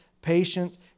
patience